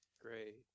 Great